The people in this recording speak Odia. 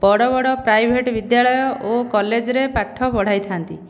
ବଡ଼ ବଡ଼ ପ୍ରାଇଭେଟ୍ ବିଦ୍ୟାଳୟ ଓ କଲେଜରେ ପାଠ ପଢ଼େଇଥାନ୍ତି